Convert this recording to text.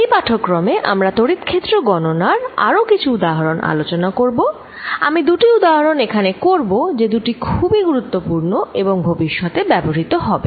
এই পাঠক্রমে আমরা তড়িৎক্ষেত্র গণনার আরও কিছু উদাহরণ আলোচনা করব আমি দুটি উদাহরণ এখানে করব যে দুটি খুবই গুরুত্বপূর্ণ এবং ভবিষ্যতে ব্যবহৃত হবে